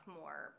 more